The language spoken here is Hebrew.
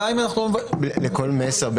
לכל מסר,